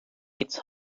it’s